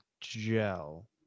gel